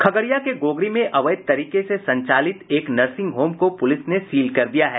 खगड़िया के गोगरी में अवैध तरीके से संचालित एक नर्सिंग होम को पुलिस ने सील कर दिया है